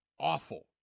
Awful